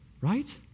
right